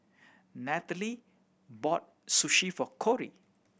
Natalee bought Sushi for Kori